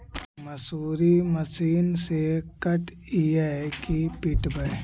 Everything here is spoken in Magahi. मसुरी मशिन से कटइयै कि पिटबै?